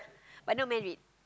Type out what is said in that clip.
but no marriage